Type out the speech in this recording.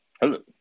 Hello